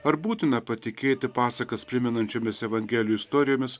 ar būtina patikėti pasakas primenančiomis evangelijų istorijomis